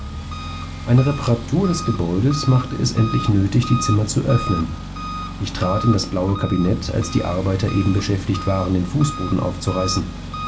eine reparatur des gebäudes machte es endlich nötig die zimmer zu öffnen ich trat in das blaue kabinett als die arbeiter eben beschäftiget waren den fußboden aufzureißen